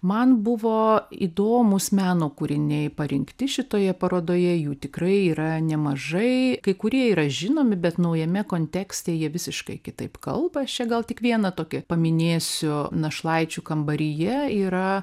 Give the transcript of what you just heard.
man buvo įdomūs meno kūriniai parinkti šitoje parodoje jų tikrai yra nemažai kai kurie yra žinomi bet naujame kontekste jie visiškai kitaip kalba aš čia gal tik vieną tokį paminėsiu našlaičių kambaryje yra